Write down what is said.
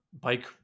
Bike